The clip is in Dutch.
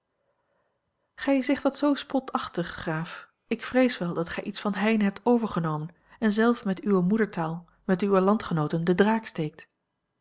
gij zegt dat zoo spotachtig graaf ik vrees wel dat gij iets van heine hebt overgenomen en zelf met uwe moedertaal met uwe landgenooten den draak steekt